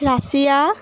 Russia